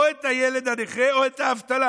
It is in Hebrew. או את הילד הנכה או את האבטלה.